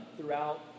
throughout